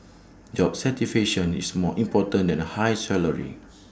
job satisfaction is more important than the high salary